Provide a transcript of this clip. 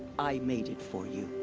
i made it for you.